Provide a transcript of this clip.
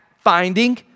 finding